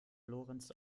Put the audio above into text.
lorenz